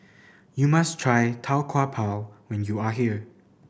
you must try Tau Kwa Pau when you are here